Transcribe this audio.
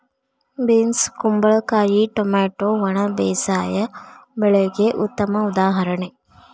beans ಕುಂಬಳಕಾಯಿ tomato ಒಣ ಬೇಸಾಯ ಬೆಳೆಗೆ ಉತ್ತಮ ಉದಾಹರಣೆ